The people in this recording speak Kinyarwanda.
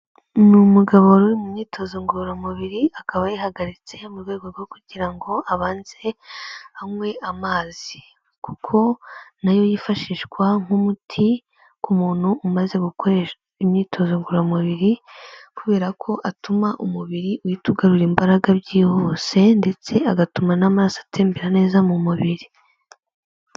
Ni umugabo wari uri mu myitozo ngororamubiri akaba yihagaritse mu rwego rwo kugira ngo abanze anywe amazi. Kuko na yo yifashishwa nk'umuti ku muntu umaze gukora imyitozo ngororamubiri kubera ko atuma umubiri uhita ugarura imbaraga byihuse ndetse agatuma n'amaraso atembera neza mu mubiri.